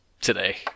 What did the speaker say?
today